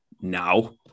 now